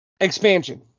Expansion